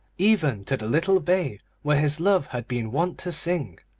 even to the little bay where his love had been wont to sing.